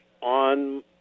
on